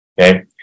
Okay